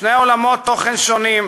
שני עולמות תוכן שונים,